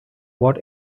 what